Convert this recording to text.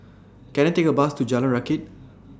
Can I Take A Bus to Jalan Rakit